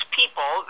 people